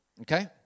okay